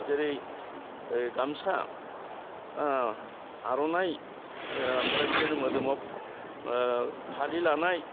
जेरै गामसा आर'नाइ ओमफ्राय बिदिनो मोदोमाव फालि लानाय